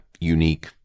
unique